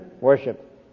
worship